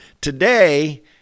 Today